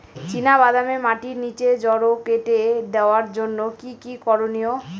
চিনা বাদামে মাটির নিচে জড় কেটে দেওয়ার জন্য কি কী করনীয়?